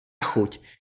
chuť